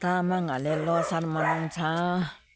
तामाङहरूले ल्होसार मनाउँछ